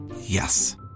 Yes